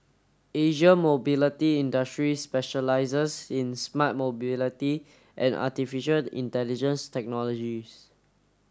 Asia Mobility Industries specialises in smart mobility and artificial intelligence technologies